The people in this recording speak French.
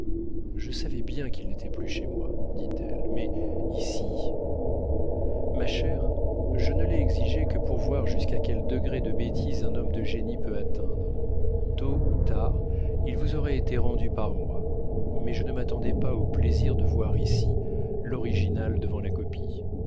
je savais bien qu'il n'était plus chez moi dit-elle mais ici ma chère je ne l'ai exigé que pour voir jusqu'à quel degré de bêtise un homme de génie peut atteindre tôt ou tard il vous aurait été rendu par moi mais je ne m'attendais pas au plaisir de voir ici l'original devant la copie